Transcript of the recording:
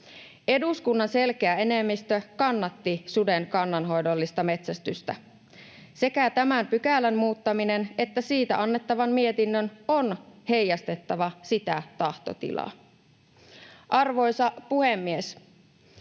Eduskunnan selkeä enemmistö kannatti suden kannanhoidollista metsästystä. Sekä tämän pykälän muuttamisen että siitä annettavan mietinnön on heijastettava sitä tahtotilaa. Arvoisa puhemies!